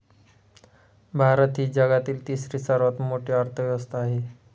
भारत ही जगातील तिसरी सर्वात मोठी अर्थव्यवस्था आहे